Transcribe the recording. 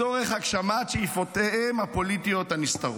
השר הממונה אמור להיות ממונה על המשטרה.